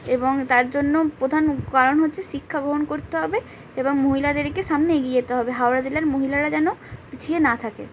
এবং তার জন্য প্রধান কারণ হচ্ছে শিক্ষা গ্রহণ করতে হবে এবং মহিলাদেরকে সামনে এগিয়ে যেতে হবে হাওড়া জেলার মহিলারা যেন পিছিয়ে না থাকে